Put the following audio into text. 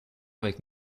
avec